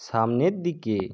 সামনের দিকে